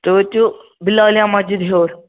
تُہۍ وٲتِو بِلالِیا مَسجِد ہیوٚر